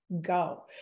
go